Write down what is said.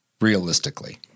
realistically